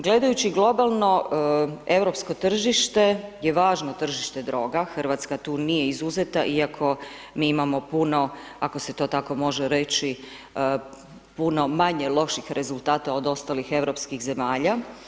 Gledajući globalno, europsko tržište je važno tržište droga, Hrvatska tu nije izuzeta iako mi imamo puno, ako se to tako može reći, puno manje loših rezultata od ostalih europskih zemalja.